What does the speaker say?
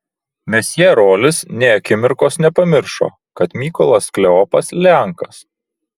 mesjė rolis nė akimirkos nepamiršo kad mykolas kleopas lenkas